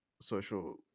social